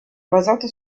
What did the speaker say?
basato